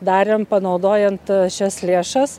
darėm panaudojant šias lėšas